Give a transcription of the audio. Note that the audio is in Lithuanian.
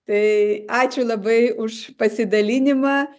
tai ačiū labai už pasidalinimą